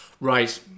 Right